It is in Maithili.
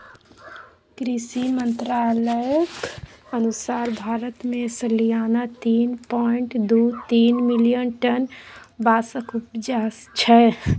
कृषि मंत्रालयक अनुसार भारत मे सलियाना तीन पाँइट दु तीन मिलियन टन बाँसक उपजा छै